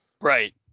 right